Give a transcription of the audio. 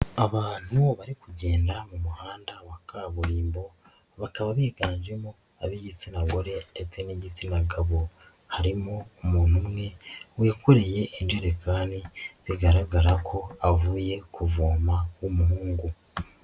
Abantu bari kugenda mu muhanda wa kaburimbo, bakaba biganjemo ab'igitsina gore ndetse n'igitsina gabo. Harimo umuntu umwe, wikoreye injerekani, bigaragara ko avuye kuvoma w'umuhungu.